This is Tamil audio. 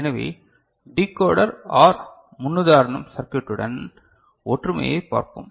எனவே டிகோடர் OR முன்னுதாரணம் சர்க்யூட்டுடன் ஒற்றுமையைப் பார்ப்போம்